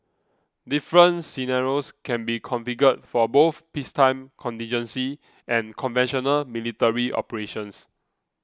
different scenarios can be configured for both peacetime contingency and conventional military operations